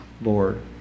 Lord